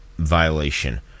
violation